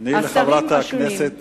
תני לחברת הכנסת